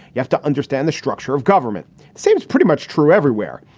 you have to understand the structure of government seems pretty much true everywhere.